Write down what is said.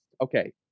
Okay